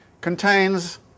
contains